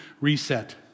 reset